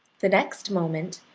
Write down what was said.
the next moment,